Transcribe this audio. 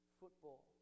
football